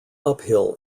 uphill